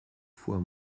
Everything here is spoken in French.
fois